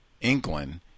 England